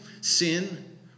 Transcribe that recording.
sin